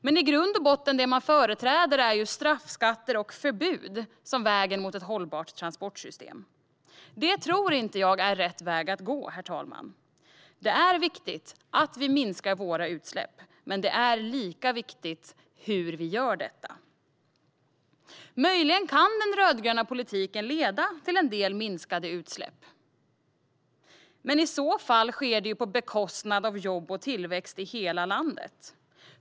Men i grund och botten är det straffskatter och förbud man förespråkar som vägen mot ett hållbart transportsystem. Det tror inte jag är rätt väg att gå, herr talman. Det är viktigt att vi minskar våra utsläpp, men det är lika viktigt hur vi gör detta. Möjligen kan den rödgröna politiken leda till en del minskade utsläpp. Men i så fall sker det på bekostnad av jobb och tillväxt i hela landet.